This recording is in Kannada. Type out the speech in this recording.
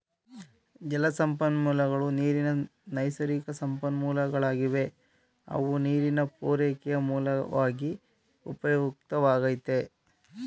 ಜಲಸಂಪನ್ಮೂಲಗಳು ನೀರಿನ ನೈಸರ್ಗಿಕಸಂಪನ್ಮೂಲಗಳಾಗಿವೆ ಅವು ನೀರಿನ ಪೂರೈಕೆಯ ಮೂಲ್ವಾಗಿ ಉಪಯುಕ್ತವಾಗೈತೆ